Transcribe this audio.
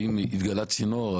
ואם התגלה צינור,